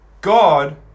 God